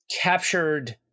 captured